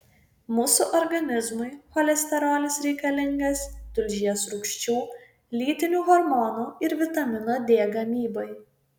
mūsų organizmui cholesterolis reikalingas tulžies rūgščių lytinių hormonų ir vitamino d gamybai